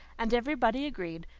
and every body agreed,